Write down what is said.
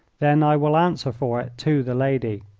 then i will answer for it to the lady.